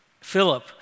Philip